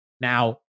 Now